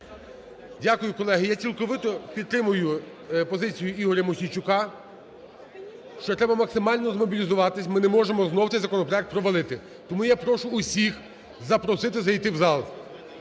Дякую, колеги. Я цілковито підтримую позицію Ігоря Мосійчука, що треба максимально змобілізуватися, ми не можемо знову цей законопроект провалити. Тому я прошу всіх запросити зайти в зал,